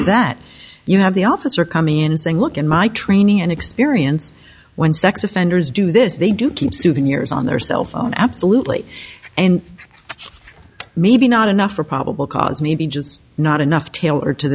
of that you have the officer coming in saying look in my training and experience when sex offenders do this they do keep souvenirs on their cell phone absolutely and maybe not enough for probable cause maybe just not enough to tailor to